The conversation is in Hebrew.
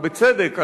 ובצדק,